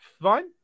Fine